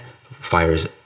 fires